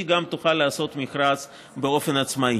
גם היא תוכל לעשות מכרז באופן עצמאי.